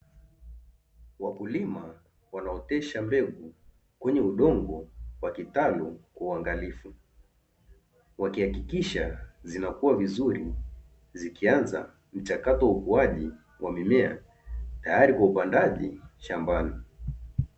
Wakulima wanaotesha mbegu kwenye udongo wa kitalu kwa uangalifu, wakihakikisha zinakua vizuri, zikianza mchakato wa ukuaji wa mimea, tayari kwa upandaji shambani.